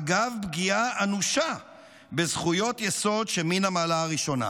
אגב פגיעה אנושה בזכויות יסוד שמן המעלה הראשונה.